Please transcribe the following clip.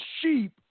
sheep